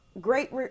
great